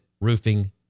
Roofing